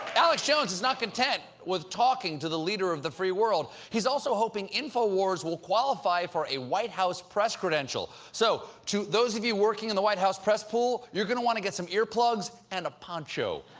alex jones is not content with talking to the leader of the free world. he's also hoping infowars will qualify for a white house press credential. so, to those of you working in the white house press pool, you're going to want to get some ear plugs and a poncho.